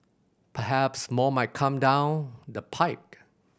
perhaps more might come down the pike